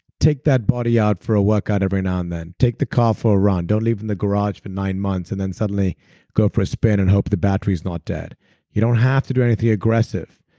take that body out for a workout every now and then. take the car for a run. don't leave it in the garage for nine months and then suddenly go for a spin and hope the battery's not dead you don't have to do anything aggressive,